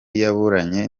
yaburanye